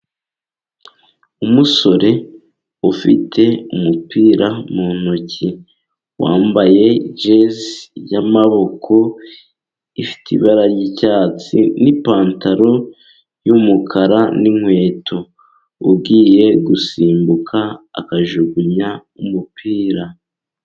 Umusore ufite umupira mu ntoki, wambaye jezi y'amaboko, ifite ibara ry'icyatsi n'ipantaro y'umukara n'inkweto, ugiye gusimbuka akajugunya umupira.